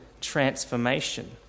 transformation